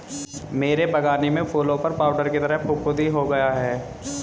मेरे बगानी में फूलों पर पाउडर की तरह फुफुदी हो गया हैं